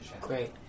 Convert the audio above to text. great